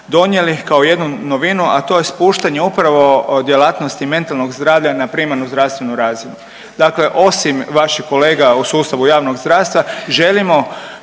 donijeli kao jednu novinu, a to je spuštanje upravo djelatnosti mentalnog zdravlja na primarnu zdravstvenu razinu. Dakle osim vaših kolega u sustavu javnog zdravstva želimo